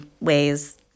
ways